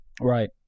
Right